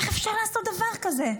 איך אפשר לעשות דבר כזה?